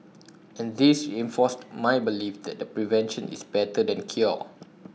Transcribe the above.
and this reinforced my belief that prevention is better than cure